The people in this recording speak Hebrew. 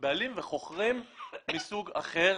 וחוכרים מסוג אחר,